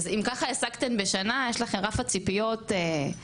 אז אם ככה הספקתם בשנה יש לכם רף ציפיות בהתאם.